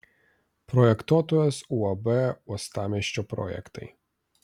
projektuotojas uab uostamiesčio projektai